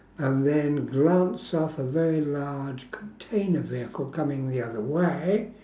and then glance off a very large container vehicle coming the other way